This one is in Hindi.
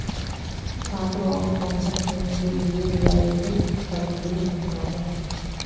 छात्र ऑन कैंपस रूम के लिए रियायती कर्ज़ ले सकता है